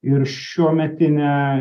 ir šiuometinę